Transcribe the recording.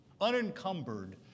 unencumbered